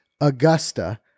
augusta